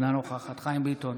אינה נוכחת חיים ביטון,